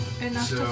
Enough